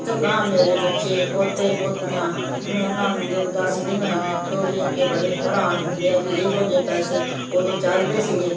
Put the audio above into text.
ਅਤੇ ਅਗਾਂਹ ਮੇਰੇ ਬੱਚੇ ਪੋਤੇ ਪੋਤੀਆਂ ਹੂੰ ਉਹਨਾਂ ਨੂੰ ਜਦੋਂ ਦੱਸਦੀ ਹਾਂ ਅਤੇ ਉਹ ਵੇਖ ਕੇ ਬੜੇ ਹੈਰਾਨ ਹੁੰਦੇ ਆ ਵੀ ਇਹੋ ਜਿਹੇ ਪੈਸੇ ਉਦੋਂ ਚੱਲਦੇ ਸੀਗੇ